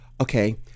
Okay